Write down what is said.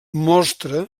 mostra